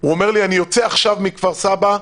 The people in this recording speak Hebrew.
הוא אומר לי: אני יוצא עכשיו מכפר סבא,